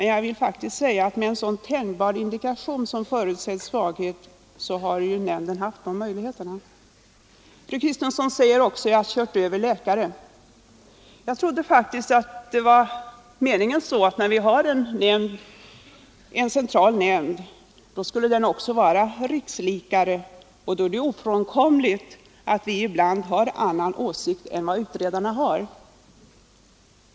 Jag vill då säga att när man har en sådan tänjbar indikation som ”förutsedd svaghet” så ges den möjligheten. Fru Kristensson sade också att vi har ”kört över” läkare. Jag trodde faktiskt att meningen var att den centrala nämnden skulle fungera som rikslikare. Då är det nämligen ofrånkomligt att vi ibland har annan åsikt än utredarna.